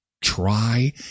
Try